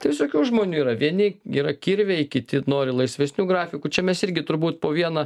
tai visokių žmonių yra vieni yra kirviai kiti nori laisvesnių grafikų čia mes irgi turbūt po vieną